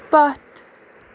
پتھ